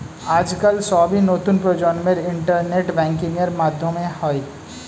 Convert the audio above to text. আজকাল সবই নতুন প্রজন্মের ইন্টারনেট ব্যাঙ্কিং এর মাধ্যমে হয়